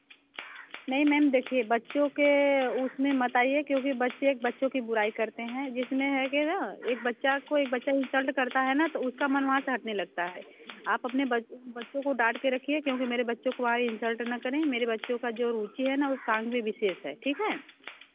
नहीं मैम देखिए बच्चों के उसमें मत आईए क्योंकि बच्चे बच्चों की बुराई करते हैं जिसमें है कि है ना एक बच्चा कोई बच्चा इंसर्ट करता है ना तो उसका मन वहाँ से हटने लगता है आप अपने ब बच्चों को डांट कर रखिए क्योंकि मेरे बच्चे को वहाँ इंसर्ट न करें मेरे बच्चे को जो रुचि है ना उस काम में विशेष है ठीक है